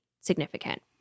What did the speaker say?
significant